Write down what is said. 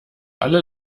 alle